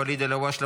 ואליד אלהואשלה,